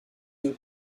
deux